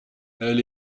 elle